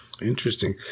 Interesting